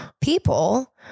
people